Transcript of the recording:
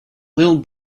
little